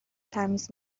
تمیز